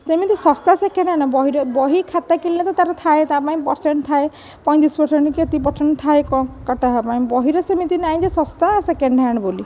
ସେମିତି ଶସ୍ତା second hand ବହିର ବହି ଖାତା କିଣିଲେ ତ ତାର ଥାଏ ତା ପାଇଁ ପରସେଣ୍ଟ ଥାଏ ପଇଁତିରିଶ ପରସେଣ୍ଟ କି ଏତିକି ପରସେଣ୍ଟ ଥାଏ କଟା ହେବା ପାଇଁ ବହିରେ ସେମିତି ନାହିଁ ଯେ ଶସ୍ତା ସେକେଣ୍ଡ ହ୍ୟାଣ୍ଡ ବୋଲି